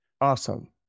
Awesome